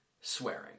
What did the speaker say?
swearing